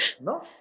No